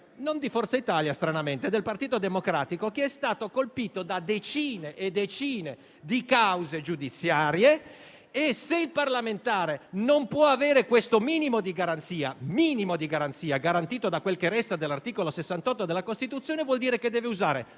non di Forza Italia stranamente, ma del Partito Democratico, che è stato colpito da decine e decine di cause giudiziarie. E se il parlamentare non può avere questo minimo di garanzia, garantita da quel che resta dell'articolo 68 della Costituzione, vuol dire che deve usare